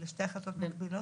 אלו שתי החלטות מקבילות?